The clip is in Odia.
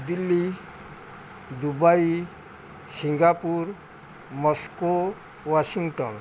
Delhi Dubai Singapore Moscow Washington